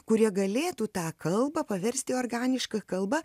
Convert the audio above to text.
kurie galėtų tą kalbą paversti organiška kalba